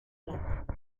plat